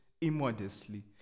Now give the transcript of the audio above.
immodestly